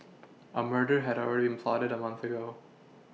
a murder had already been plotted a month ago